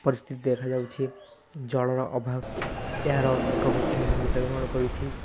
ପରିସ୍ଥିତି ଦେଖାଯାଉଛି ଜଳର ଅଭାବ ଏହାର ଏକ ମୁଖ୍ୟ ଭୂମିକା ଗ୍ରହଣ କରିଛି